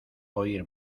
oír